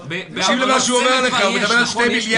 לפי מה שהוא אומר לך, הוא מדבר על 2 מיליארד ש"ח.